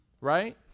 right